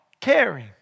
caring